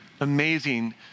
amazing